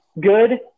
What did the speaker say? good